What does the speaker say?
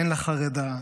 אינה חרדה,